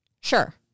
Sure